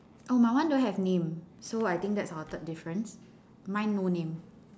oh my one don't have name so I think that's our third difference mine no name